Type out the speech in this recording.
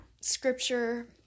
scripture